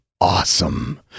awesome